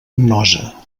nosa